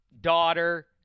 daughter